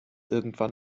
irgendwann